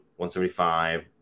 175